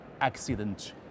accident